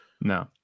no